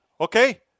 okay